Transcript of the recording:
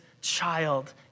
child